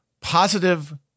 positive